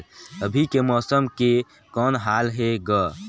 अभी के मौसम के कौन हाल हे ग?